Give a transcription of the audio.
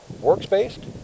Works-based